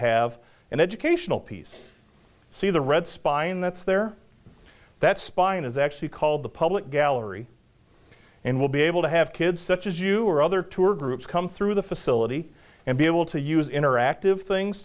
have an educational piece see the red spine that's there that spine is actually called the public gallery and we'll be able to have kids such as you or other tour groups come through the facility and be able to use interactive things